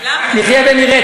נחיה ונראה.